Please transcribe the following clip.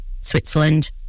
Switzerland